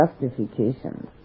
justifications